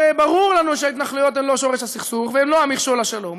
הרי ברור לנו שההתנחלויות הן לא שורש הסכסוך והן לא המכשול לשלום,